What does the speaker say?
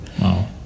Wow